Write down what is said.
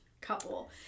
couple